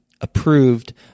approved